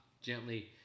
gently